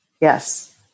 Yes